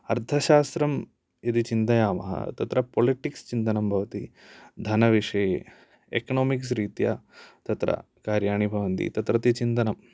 अर्थशास्त्रम् इति चिन्तयामः तत्र पोलिटिकल्स चिन्तनं भवति धनविषये एकोनोमिक्स् रीत्या तत्र कार्यणि भवन्ति तत्रत्य चिन्तनम्